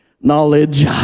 Knowledge